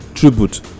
Tribute